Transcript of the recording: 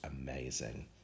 amazing